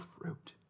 fruit